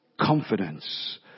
confidence